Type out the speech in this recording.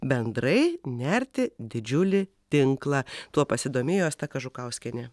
bendrai nerti didžiulį tinklą tuo pasidomėjo asta kažukauskienė